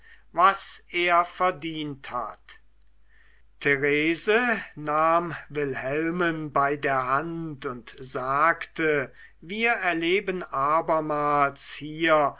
was er verdient hat therese nahm wilhelmen bei der hand und sagte wir erleben abermals hier